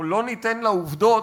או "לא ניתן לעובדות